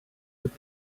with